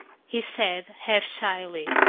he said half shyly.